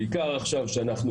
בעיקר עכשיו שאנחנו,